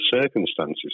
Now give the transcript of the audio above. circumstances